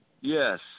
Yes